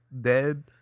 dead